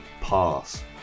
pass